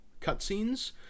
cutscenes